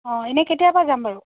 অঁ এনেই কেতিয়াবা যাম বাৰু